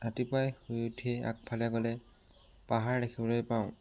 ৰাতিপুৱাই শুই উঠিয়ে আগফালে গ'লে পাহাৰ দেখিবলৈ পাওঁ